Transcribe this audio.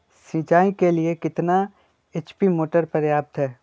सिंचाई के लिए कितना एच.पी मोटर पर्याप्त है?